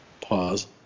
Pause